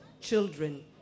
children